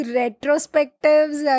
retrospectives